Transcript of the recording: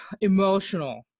emotional